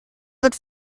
wird